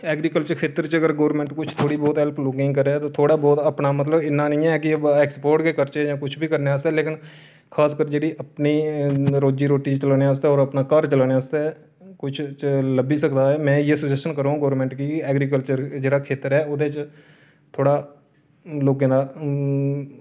agriculture खेतर च अगर गोरमैंट थोह्ड़ी बहुत हैल्प अगर लोकें दी करै तां थूह्ड़ा बोह्त अपना मतलब इन्नी नेईं ऐ कि ऐक्सपोर्ट गै करचै जां कुछ बी करनै आस्ते लेकिन खगस कर जेह्ड़ी अपनी रोजी रोटी चलानै आस्तै अपना घर चलानै आस्ते कुछ लब्बी सकदा ऐ में इयै सजैशन करोङ गोरमैंट गी कि ऐग्रीकल्चर जेह्ड़ा खेतर ओह्दे च थूह्ड़ा लौंके दा